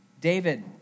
David